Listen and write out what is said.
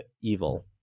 evil